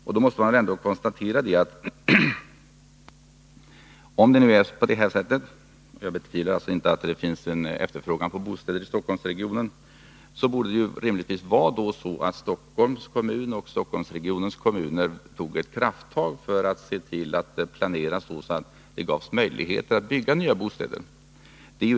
Om det nu är på detta sätt — jag betvivlar alltså inte att det finns en efterfrågan på bostäder i Stockholmsregionen — borde Stockholms kommun och Stockholmsregionens kommuner rimligen ta krafttag för att se till att det planeras så att det ges möjligheter att bygga nya bostäder.